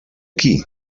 qui